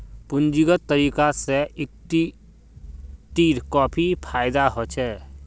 पूंजीगत तरीका से इक्विटीर काफी फायेदा होछे